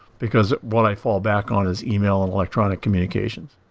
because what i fall back on is yeah e-mail and electronic communications.